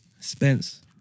Spence